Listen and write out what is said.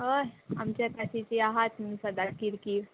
हय आमचे ताची जी आहात न्हू सदां किरकीर